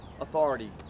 authority